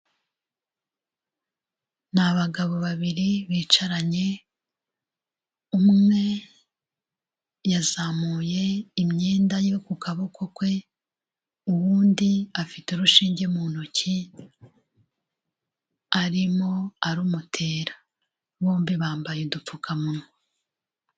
Ni abagabo babiri bicaranye, umwe yazamuye imyenda yo ku kaboko kwe, uwundi afite urushinge mu ntoki, arimo arumutera, bombi bambaye udupfukamunwa.